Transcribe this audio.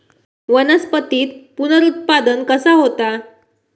वनस्पतीत पुनरुत्पादन कसा होता?